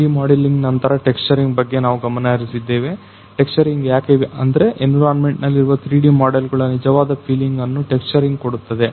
3D modelling ನಂತರ texturing ಬಗ್ಗೆ ನಾವು ಗಮನ ಹರಿಸಿದ್ದೇವೆ ಟೆಕ್ಷರಿಂಗ್ ಯಾಕೆ ಅಂದ್ರೆ ಎನ್ವಿರಾನ್ಮೆಂಟ್ ನಲ್ಲಿರುವ 3Dಮಾಡೆಲ್ ಗಳ ನಿಜವಾದ ಫೀಲಿಂಗ್ ಅನ್ನು ಟೆಕ್ಷರಿಂಗ್ ಕೊಡುತ್ತದೆ